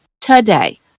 Today